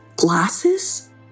Glasses